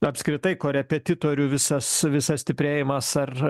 apskritai korepetitorių visas visas stiprėjimas ar